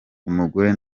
umugore